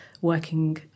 working